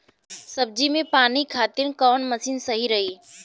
सब्जी में पानी खातिन कवन मशीन सही रही?